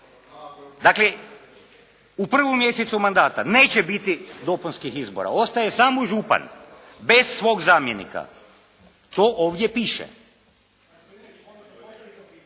Dakle, u prvom mjesecu mandata neće biti dopunskih izbora. Ostaje samo župan. Bez svog zamjenika. To ovdje piše.